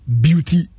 beauty